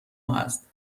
هست